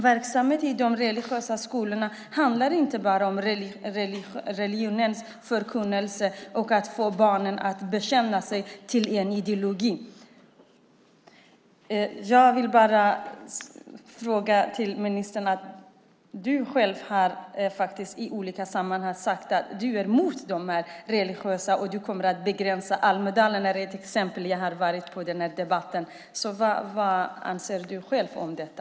Verksamheten i de religiösa skolorna handlar inte bara om religionens förkunnelse och att få barnen att bekänna sig till en ideologi. Jag vill ställa en fråga till ministern. Ministern har själv i olika sammanhang sagt att han är emot det religiösa och kommer att begränsa det. Jag var på debatten i Almedalen. Vad anser ministern själv om detta?